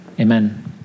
Amen